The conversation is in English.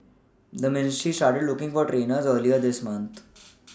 the ministry started looking for trainers earlier this month